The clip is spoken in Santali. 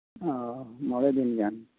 ᱚᱼᱚ ᱢᱚᱬᱮ ᱫᱤᱱ ᱨᱮᱭᱟᱝ